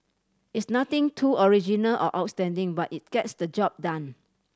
it's nothing too original or outstanding but it gets the job done